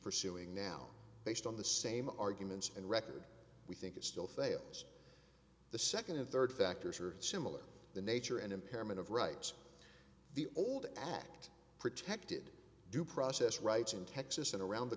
pursuing now based on the same arguments and record we think it still fails the second and third factors are similar the nature and impairment of rights the old act protected due process rights in texas and around the